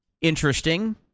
Interesting